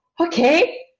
okay